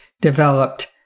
developed